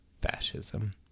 fascism